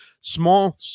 small